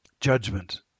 Judgment